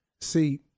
See